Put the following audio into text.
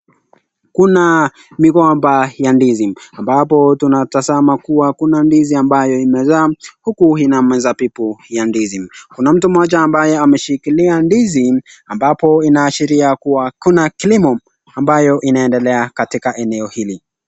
Kuna migomba ya ndizi ambapo tunatazama kuwa kuna ndizi ambayo imezaa uku ina mizabibu ya ndizi. Kuna mtu mmoja ambaye ameshikilia ndizi ambapo inaashiria kuwa kuna kilimo ambayo inaendelea katika eneo hili.